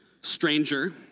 stranger